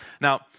Now